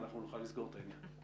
ואנחנו נוכל לסגור את העניין.